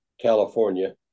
California